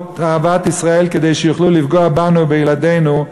אהבת ישראל כדי שיוכלו לפגוע בנו ובילדינו,